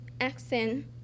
accent